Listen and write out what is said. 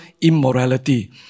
immorality